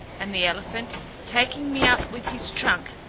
and the elephant taking me up with his trunk,